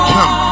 Come